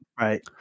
Right